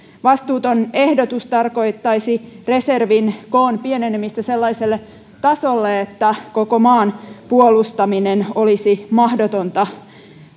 vastuuton ehdotus tarkoittaisi reservin koon pienenemistä sellaiselle tasolle että koko maan puolustaminen olisi mahdotonta